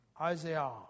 Isaiah